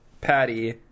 patty